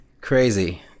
Crazy